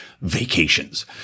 vacations